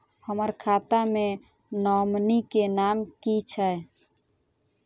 हम्मर खाता मे नॉमनी केँ नाम की छैय